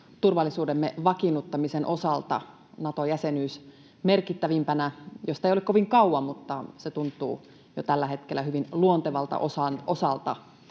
turvallisuutemme vakiinnuttamisen osalta, merkittävimpänä Nato-jäsenyys, josta ei ole kovin kauan, mutta se tuntuu jo tällä hetkellä hyvin luontevalta osalta